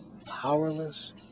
powerless